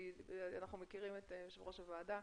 אנחנו מכירים את יושב ראש הוועדה,